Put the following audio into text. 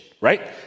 right